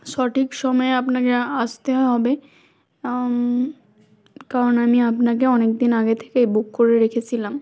সঠিক সময়ে আপনাকে আসতে হবে কারণ আমি আপনাকে অনেক দিন আগে থেকে বুক করে রেখেছিলাম